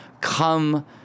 come